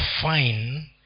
fine